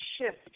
shift